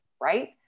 right